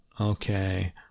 Okay